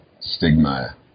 stigma